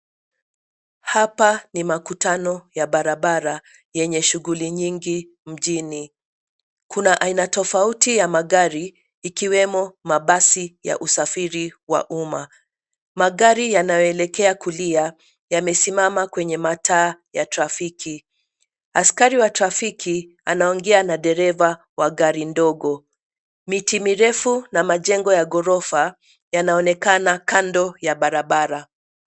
Hapa ni makutano ya barabara yenye shughuli nyingi mjini. Kuna aina tofauti ya magari, ikiwemo mabasi ya usafiri wa umma. Magari yanayoelekea kulia yamesimama kwenye mataa ya trafiki. Askari wa trafiki anaongea na dereva wa gari ndogo. Miti mirefu na majengo ya ghorofa yanaonekana kando ya barabara.